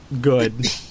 good